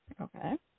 okay